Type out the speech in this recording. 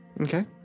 Okay